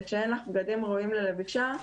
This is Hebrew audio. וכשאין לך בגדים ראויים ללבישה,